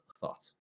thoughts